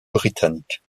britanniques